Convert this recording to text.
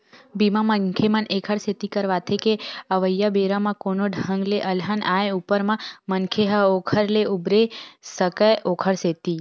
बीमा, मनखे मन ऐखर सेती करवाथे के अवइया बेरा म कोनो ढंग ले अलहन आय ऊपर म मनखे ह ओखर ले उबरे सकय ओखर सेती